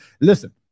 listen